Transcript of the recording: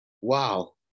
Wow